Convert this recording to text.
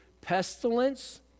pestilence